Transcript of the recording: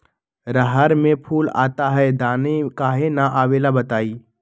रहर मे फूल आता हैं दने काहे न आबेले बताई?